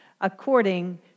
according